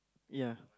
ya